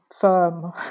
firm